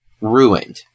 ruined